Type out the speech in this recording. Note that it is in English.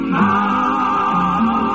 now